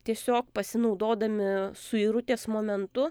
tiesiog pasinaudodami suirutės momentu